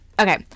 Okay